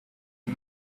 you